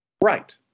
Right